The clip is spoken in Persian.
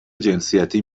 جنسیتی